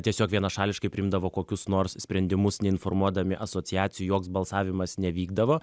tiesiog vienašališkai priimdavo kokius nors sprendimus neinformuodami asociacijų joks balsavimas nevykdavo